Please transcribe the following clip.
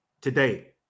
today